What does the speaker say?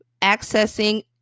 accessing